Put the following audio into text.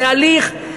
זה הליך,